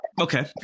Okay